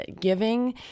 giving